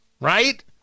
right